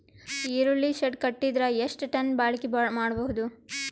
ಈರುಳ್ಳಿ ಶೆಡ್ ಕಟ್ಟಿದರ ಎಷ್ಟು ಟನ್ ಬಾಳಿಕೆ ಮಾಡಬಹುದು?